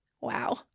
Wow